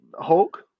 Hulk